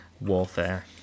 warfare